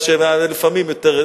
לפעמים יותר,